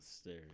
stairs